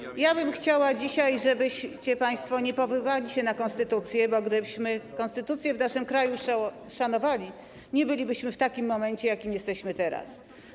Ja bym chciała dzisiaj, żebyście państwo nie powoływali się na konstytucję, bo gdybyśmy konstytucję w naszym kraju szanowali, nie bylibyśmy w takim momencie, w jakim jesteśmy teraz.